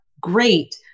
great